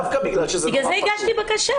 דווקא בגלל שזה נורא פשוט --- בגלל זה הגשתי בקשה,